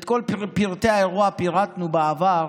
את כל פרטי האירוע פירטנו בעבר,